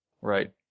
Right